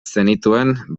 zenituen